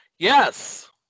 Yes